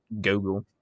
Google